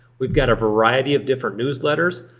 we've got a variety of different newsletters,